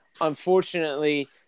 Unfortunately